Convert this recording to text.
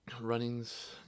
Running's